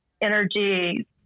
energy